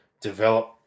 develop